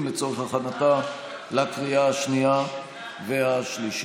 לצורך הכנתה לקריאה השנייה והשלישית.